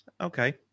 Okay